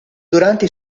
durante